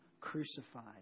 crucified